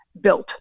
built